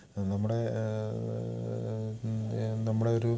നമ്മുടെ നമ്മുടെ ഒരു